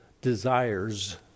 desires